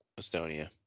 Estonia